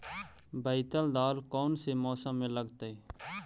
बैतल दाल कौन से मौसम में लगतैई?